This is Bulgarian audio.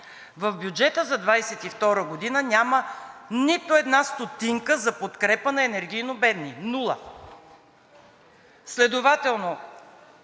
В бюджета за 2022 г. няма нито една стотинка за подкрепа на енергийно бедни. Нула. Следователно,